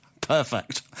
Perfect